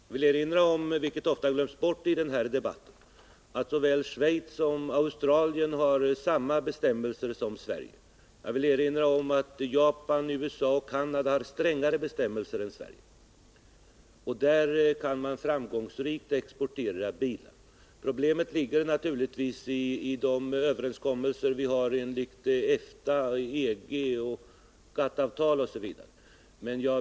Jag vill erinra om, vilket ofta glöms bort i denna debatt, att såväl Schweiz som Australien har samma bestämmelser som Sverige och att Japan, USA och Canada har strängare bestämmelser än Sverige — och dit kan man ändå framgångsrikt exportera bilar. Problemet ligger naturligtvis i överenskommelser som vi har enligt EFTA-, EG och GATT-avtal osv.